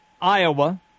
Iowa